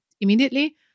immediately